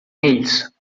ells